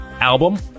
album